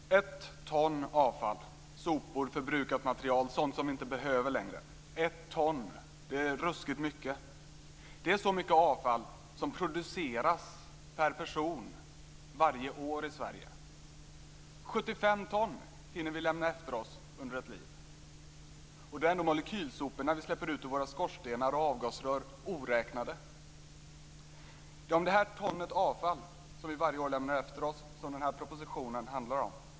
Fru talman! Ett ton avfall, sopor, förbrukat material och sådant vi inte behöver längre. Ett ton är ruskigt mycket. Det är så mycket avfall som produceras per person varje år i Sverige. Vi hinner lämna efter oss 75 ton under ett liv. Då är ändå molekylsopor vi släpper ut i våra skorstenar och avgasrör oräknade. Det är detta ton avfall som vi varje år lämnar efter oss som propositionen handlar om.